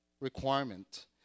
requirement